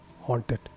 haunted